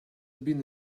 been